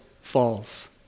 falls